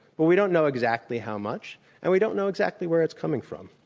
but we don't know exactly how much, and we don't know exactly where it's coming from.